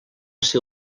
ser